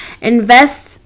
invest